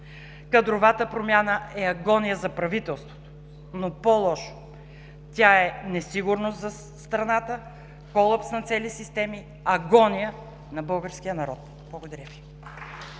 Кадровата промяна е агония за правителството, но по-лошо – тя е несигурност за страната, колапс на цели системи, агония на българския народ. Благодаря.